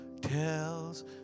tells